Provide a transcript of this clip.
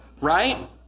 right